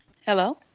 Hello